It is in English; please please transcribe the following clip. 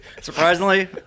Surprisingly